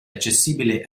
accessibile